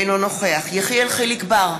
אינו נוכח יחיאל חיליק בר,